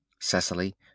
Cecily